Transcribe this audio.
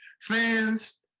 fans